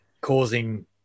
causing